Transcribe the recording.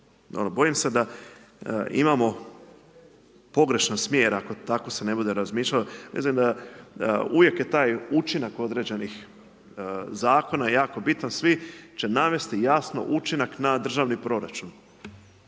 bojim se da imamo pogrešan smjer ako tako se ne bude razmišljalo. Mislim da uvijek je taj učinak određenih zakona i jako bitan svi će navesti jasno učinak na državni proračun.